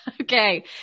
Okay